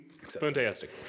Fantastic